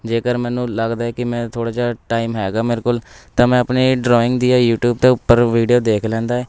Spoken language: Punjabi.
ਜੇਕਰ ਮੈਨੂੰ ਲੱਗਦਾ ਹੈ ਕਿ ਮੈਂ ਥੋੜ੍ਹਾ ਜਿਹਾ ਟਾਈਮ ਹੈਗਾ ਮੇਰੇ ਕੋਲ ਤਾਂ ਮੈਂ ਆਪਣੇ ਡਰਾਇੰਗ ਦੀਆਂ ਯੂਟਿਊਬ ਦੇ ਉੱਪਰ ਵੀਡੀਓ ਦੇਖ ਲੈਂਦਾ ਏ